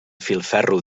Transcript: filferro